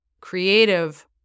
creative